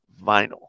vinyl